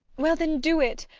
well, then, do it!